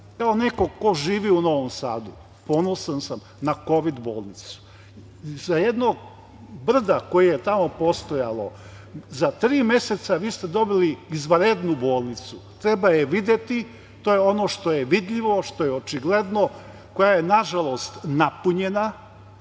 kao neko ko živi u Novom Sadu, ponosan sam na kovid bolnicu. Iza jednog brda koje je tamo postojalo, za tri meseca vi ste dobili izvanrednu bolnicu. Treba je videti, to je ono što je vidljivo, što je očigledno, koja je, nažalost, napunjena